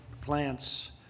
plants